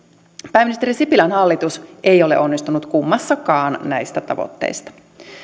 pääministeri sipilän hallitus ei ole onnistunut kummassakaan näistä tavoitteista